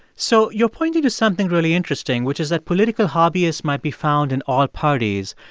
so you're pointing to something really interesting, which is that political hobbyists might be found in all parties,